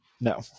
No